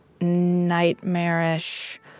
nightmarish